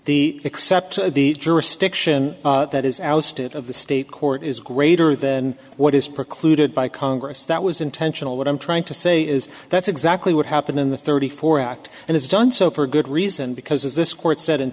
the except the jurisdiction that is our state of the state court is greater than what is precluded by congress that was intentional what i'm trying to say is that's exactly what happened in the thirty four act and has done so for good reason because this court said